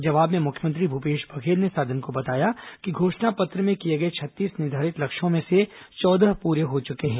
जवाब में मुख्यमंत्री भूपेश बधेल ने सदन को बताया कि घोषणा पत्र में किए गए छत्तीस निर्धारित लक्ष्यों में से चौदह पूरे हो चुके हैं